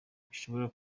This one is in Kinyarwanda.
bishobora